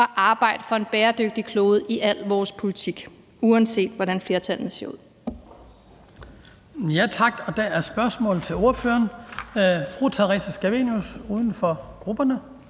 og arbejde for en bæredygtig klode i al vores politik, uanset hvordan flertallene ser ud.